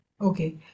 okay